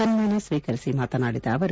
ಸನ್ಮಾನ ಸ್ವೀಕರಿಸಿ ಮಾತನಾಡಿದ ಅವರು